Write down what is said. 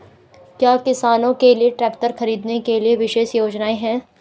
क्या किसानों के लिए ट्रैक्टर खरीदने के लिए विशेष योजनाएं हैं?